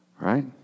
right